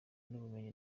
n’ubumenyi